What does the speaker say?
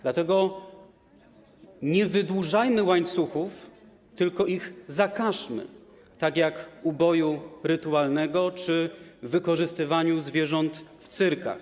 Dlatego nie wydłużajmy łańcuchów, tylko ich zakażmy, tak jak uboju rytualnego czy wykorzystywania zwierząt w cyrkach.